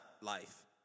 life